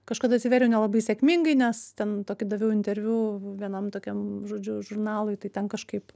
kažkada atsivėriau nelabai sėkmingai nes ten tokį daviau interviu vienam tokiam žodžiu žurnalui tai ten kažkaip